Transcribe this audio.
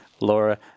Laura